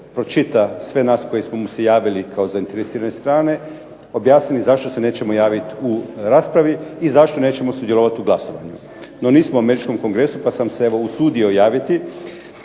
pročita sve nas koji smo mu se javili kao zainteresirane strane, objasnili zašto se nećemo javiti u raspravi i zašto nećemo sudjelovati u glasovanju. No nismo u američkom kongresu, pa sam se evo usudio javiti